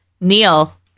Neil